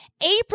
April